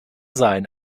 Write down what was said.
sein